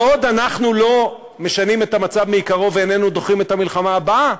בעוד אנחנו לא משנים את המצב מעיקרו ואיננו דוחים את המלחמה הבאה,